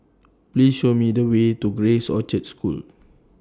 Please Show Me The Way to Grace Orchard School